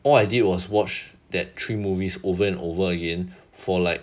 all I did was watch that three movies over and over again for like